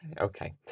okay